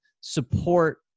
support